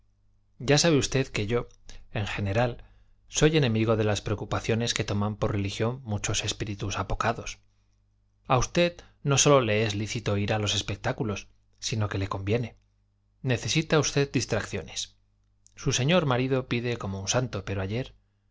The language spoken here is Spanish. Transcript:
ya sabe usted que yo en general soy enemigo de las preocupaciones que toman por religión muchos espíritus apocados a usted no sólo le es lícito ir a los espectáculos sino que le conviene necesita usted distracciones su señor marido pide como un santo pero ayer